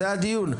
זה הדיון.